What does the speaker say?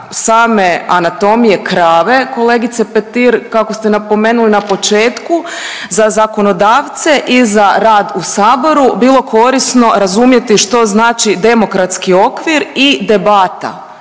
same anatomije krave kolegice Petir kako ste napomenuli na početku, za zakonodavce i za rad u Saboru bilo korisno razumjeti što znači demokratski okvir i debata,